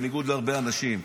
בניגוד להרבה אנשים,